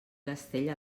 castell